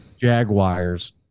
Jaguars